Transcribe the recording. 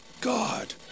God